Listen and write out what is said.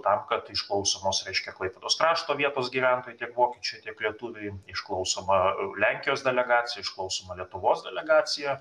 tam kad išklausomos reiškia klaipėdos krašto vietos gyventojai tiek vokiečiai tiek lietuviai išklausoma lenkijos delegacija išklausoma lietuvos delegacija